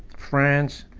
france,